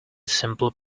simple